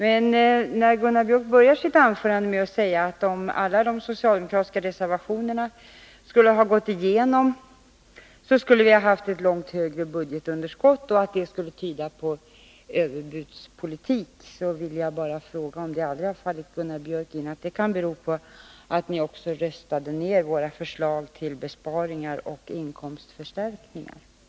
Men när Gunnar Björk börjar sitt anförande med att säga att om alla de socialdemokratiska reservationerna skulle ha gått igenom, så skulle vi ha haft ett långt högre budgetunderskott, och när han säger att det skulle tyda på en överbudspolitik, då vill jag bara fråga om det aldrig har fallit Gunnar Björk in att det kanske beror på att ni också röstade ner våra förslag till besparingar och inkomstförstärkningar. Herr talman!